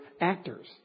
actors